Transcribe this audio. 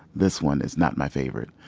this one is not my favorite,